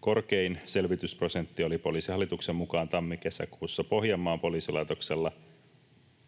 Korkein selvitysprosentti oli Poliisihallituksen mukaan tammi—kesäkuussa Pohjanmaan poliisilaitoksella.